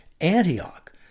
Antioch